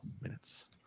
minutes